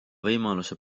võimaluse